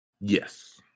Yes